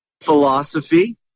philosophy